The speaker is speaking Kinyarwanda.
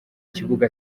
kibuga